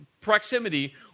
proximity